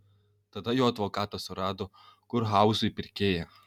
tada jo advokatas surado kurhauzui pirkėją